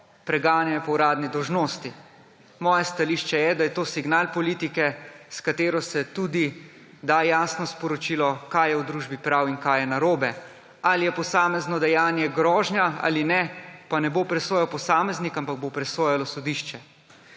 preganjajo po uradni dolžnosti. Moje stališče je, da je to signal politike, s katero se tudi da jasno sporočilo, kaj je v družbi prav in kaj je narobe. Ali je posamezno dejanje grožnja ali ne, pa ne bo presojal posameznik, ampak bo presojalo sodišče.